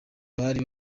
bari